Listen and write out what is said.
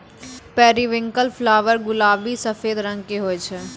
periwinkle flower गुलाबी सफेद रंग के हुवै छै